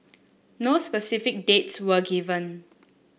no specific dates were given